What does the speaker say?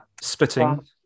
spitting